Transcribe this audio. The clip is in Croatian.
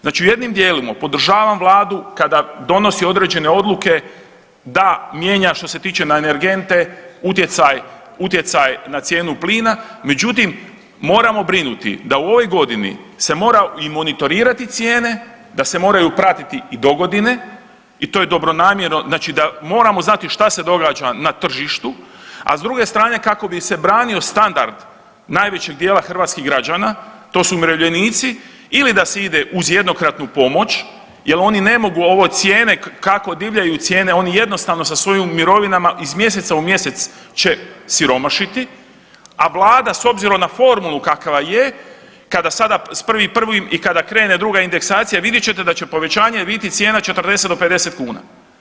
Znači jednim dijelom podržavam Vladu kada donosi određene odluke da mijenja što se tiče na energente utjecaj na cijenu plina, međutim moramo brinuti da u ovoj godini se mora … cijene, da se moraju pratiti i dogodine i to je dobronamjerno znači da moramo znati šta se događa na tržištu, a s druge strane kako bi se branio standard najvećeg dijela hrvatskih građana, to su umirovljenici ili da se ide uz jednokratnu pomoć jel oni ne mogu ovo cijene kako divljaju cijene, oni jednostavno sa svojim mirovinama iz mjeseca u mjesec će siromašiti, a Vlada s obzirom na formulu kakva je kada sada s 1.1. i kada krene druga indeksacija vidjet ćete da će povećanje biti cijena 40 do 50 kuna.